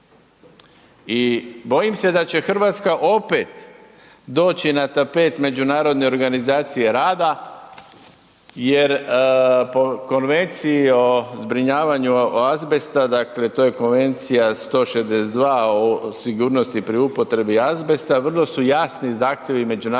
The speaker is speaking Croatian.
I bojim se da će RH opet doći na tapet Međunarodne organizacije rada jer po Konvenciji o zbrinjavanju azbesta, dakle to je Konvencija 162. o sigurnosti pri upotrebi azbesta, vrlo su jasni zahtjevi Međunarodne organizacije rada